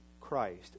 Christ